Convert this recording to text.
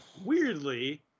weirdly